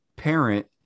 parent